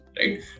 right